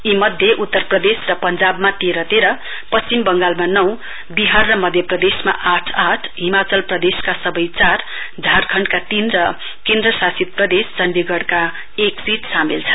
यीमध्ये उत्तर प्रदेश र पंजाबमा तेह्र तेह्रपश्चिम बंगालमा नौविहार र मध्यप्रदेशमा आठ आठ हिमाचल प्रदेशका सबै चार झारखण्डका तीन र केन्द्रशासित चड़ीगढका एक सीट सामेल छन्